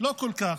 לא כל כך.